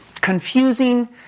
confusing